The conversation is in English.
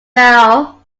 now